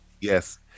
Yes